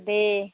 दे